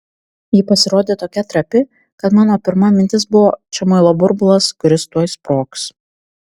ji pasirodė tokia trapi kad mano pirma mintis buvo čia muilo burbulas kuris tuoj sprogs